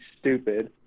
stupid